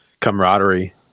camaraderie